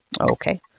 okay